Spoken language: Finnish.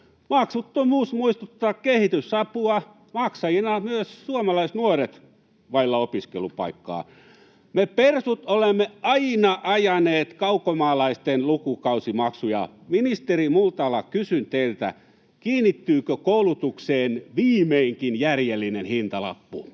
Maksuttomuus muistuttaa kehitysapua, maksajina myös suomalaisnuoret vailla opiskelupaikkaa. Me persut olemme aina ajaneet kaukomaalaisten lukukausimaksuja. Ministeri Multala, kysyn teiltä: kiinnittyykö koulutukseen viimeinkin järjellinen hintalappu?